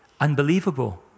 unbelievable